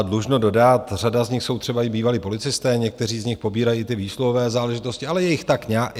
Dlužno dodat, rada z nich jsou třeba i bývalí policisté, někteří z nich pobírají výsluhové záležitosti, ale je jich tak nějak...